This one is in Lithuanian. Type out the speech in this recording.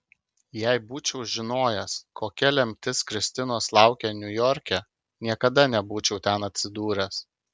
jei būčiau žinojęs kokia lemtis kristinos laukia niujorke niekada nebūčiau ten atsidūręs